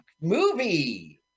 movie